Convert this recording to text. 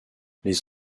les